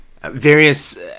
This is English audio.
various